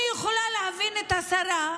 אני יכולה להבין את השרה,